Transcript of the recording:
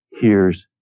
hears